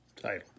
title